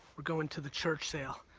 we're going to the church sale.